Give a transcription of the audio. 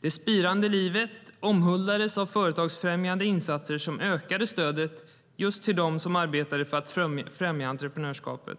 Det spirande livet omhuldades av företagsfrämjande insatser som ökade stödet just till dem som arbetade för att främja entreprenörskapet.